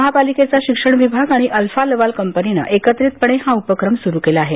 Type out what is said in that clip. महापालिकेचा शिक्षण विभाग आणि अल्फा लवाल कंपनीनं एकत्रितपणे हा उपक्रम सुरू केला आहे